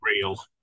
real